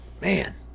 man